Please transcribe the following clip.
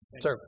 Sir